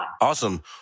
Awesome